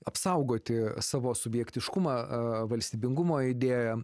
apsaugoti savo subjektiškumą valstybingumo idėją